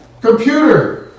computer